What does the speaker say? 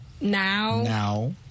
now